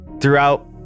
throughout